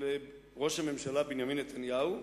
של ראש הממשלה בנימין נתניהו.